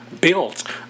built